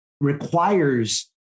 requires